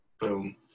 boom